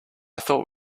thought